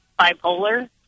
bipolar